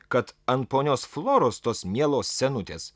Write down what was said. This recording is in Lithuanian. kad ant ponios floros tos mielos senutės